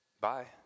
Bye